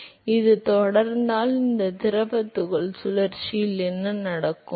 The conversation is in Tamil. எனவே இது தொடர்ந்தால் இந்த திரவ துகள் சுழற்சியில் என்ன நடக்கும்